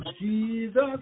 Jesus